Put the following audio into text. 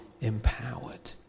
empowered